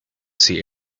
see